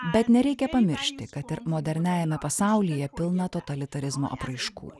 bet nereikia pamiršti kad ir moderniajame pasaulyje pilna totalitarizmo apraiškų